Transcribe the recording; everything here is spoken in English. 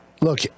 look